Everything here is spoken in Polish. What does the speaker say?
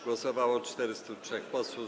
Głosowało 403 posłów.